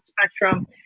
spectrum